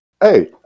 Hey